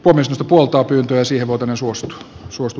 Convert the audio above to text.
puhemiesneuvosto puoltaa pyyntöä